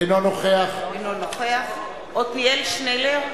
אינו נוכח עתניאל שנלר,